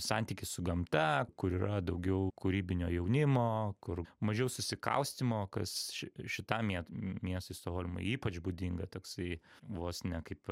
santykis su gamta kur yra daugiau kūrybinio jaunimo kur mažiau susikaustymo kas ši šitam m miestui stokholmui ypač būdinga toksai vos ne kaip